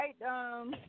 right